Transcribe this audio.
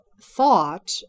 thought